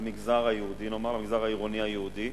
למגזר העירוני היהודי.